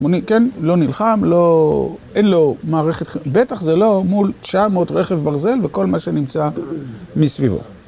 כן, לא נלחם, אין לו מערכת, בטח זה לא מול 900 רכב ברזל וכל מה שנמצא מסביבו.